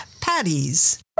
Patties